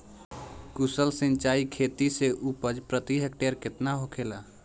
कुशल सिंचाई खेती से उपज प्रति हेक्टेयर केतना होखेला?